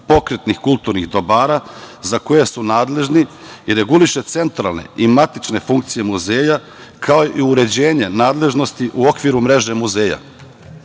pokretnih kulturnih dobara za koje su nadležni i reguliše centralne i matične funkcije muzeja, kao i uređenje nadležnosti u okviru mreže